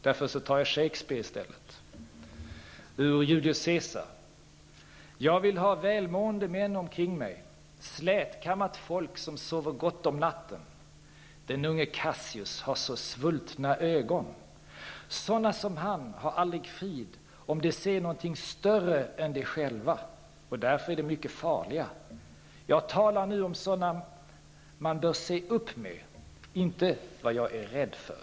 Därför tar jag i stället till ett citat ur Shakespeares Julius Caesar: ''Jag vill se feta människor omkring mig, slätkammat folk, som sover gott om natten. Den unge Cassius har så svultna ögon. Sådana som han har aldrig frid om de ser någonting större än de själva. Därför är de mycket farliga. Jag talar nu om sådana man bör se upp med, inte vad jag är rädd för.''